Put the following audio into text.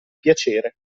piacere